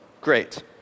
Great